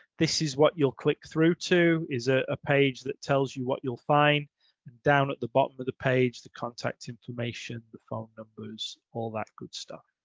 this is what you'll click through to is a ah page that tells you what you'll find down at the bottom of the page, the contact information. the phone numbers, all that good stuff.